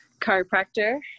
chiropractor